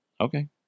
okay